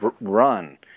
run